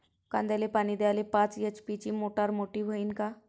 कांद्याले पानी द्याले पाच एच.पी ची मोटार मोटी व्हईन का?